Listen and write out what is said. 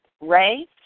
Ray